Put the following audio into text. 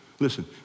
Listen